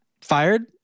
fired